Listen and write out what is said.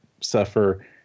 suffer